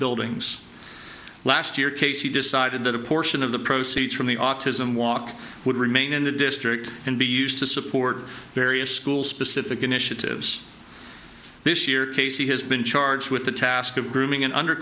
buildings last year casey decided that a portion of the proceeds from the autism walk would remain in the district and be used to support various school specific initiatives this year casey has been charged with the task of grooming an under